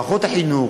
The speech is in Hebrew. מערכות החינוך,